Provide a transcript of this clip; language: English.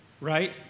right